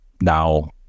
now